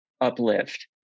uplift